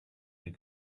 they